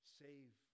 save